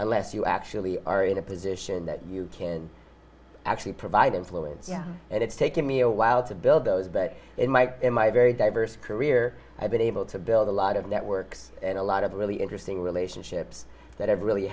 unless you actually are in a position that you can actually provide influence yeah and it's taken me a while to build those but in my in my very diverse career i've been able to build a lot of networks and a lot of really interesting relationships that have really